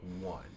one